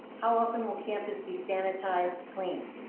how often will campus be sanitized, cleaned?